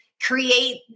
create